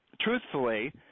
truthfully